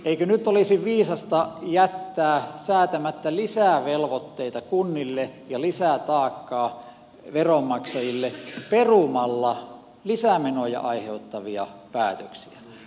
eikö nyt olisi viisasta jättää säätämättä lisää velvoitteita kunnille ja lisätaakkaa veronmaksajille perumalla lisämenoja aiheuttavia päätöksiä